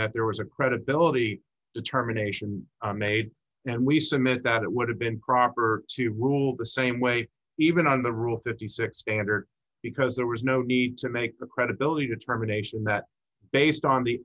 that there was a credibility determination made and we submit that it would have been proper to rule the same way even on the rule fifty six dollars standard because there was no need to make the credibility determination that based on the